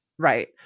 right